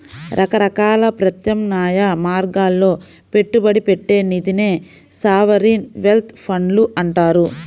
రకరకాల ప్రత్యామ్నాయ మార్గాల్లో పెట్టుబడి పెట్టే నిధినే సావరీన్ వెల్త్ ఫండ్లు అంటారు